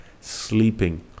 sleeping